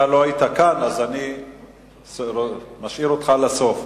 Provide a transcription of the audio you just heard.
אתה לא היית כאן, אז אני משאיר אותך לסוף.